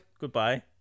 goodbye